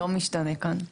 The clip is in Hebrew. לא משתנה כאן.